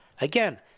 Again